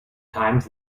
times